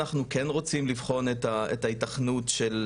אנחנו כן רוצים לבחון את ההיתכנות של